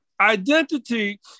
Identity